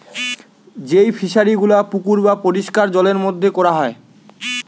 যেই ফিশারি গুলা পুকুর বা পরিষ্কার জলের মধ্যে কোরা হয়